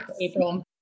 April